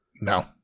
No